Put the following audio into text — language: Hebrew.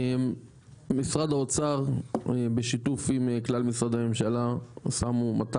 משרד האוצר בשיתוף עם כלל משרדי הממשלה שמו 200